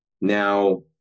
Now